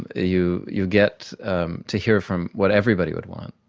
you you get um to hear from what everybody would want,